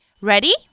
Ready